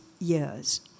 years